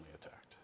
attacked